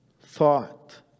thought